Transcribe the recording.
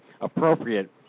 appropriate